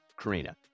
Karina